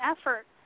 effort